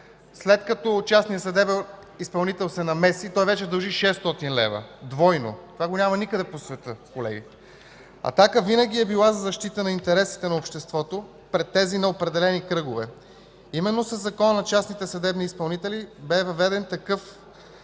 след като частният съдебен изпълнител се намеси, дължи вече 600 лв. – двойно. Това го няма никъде по света, колеги. „Атака” винаги е била за защита на интересите на обществото пред тези на определени кръгове. Именно със Закона за частните съдебни изпълнители бе въведен такъв